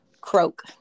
croak